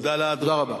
תודה רבה.